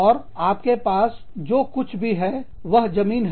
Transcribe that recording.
और आपके पास जो कुछ भी है वह जमीन है